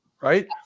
right